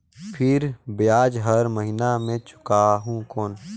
फिर ब्याज हर महीना मे चुकाहू कौन?